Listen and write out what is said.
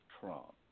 Trump